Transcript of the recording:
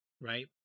right